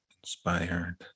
inspired